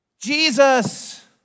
Jesus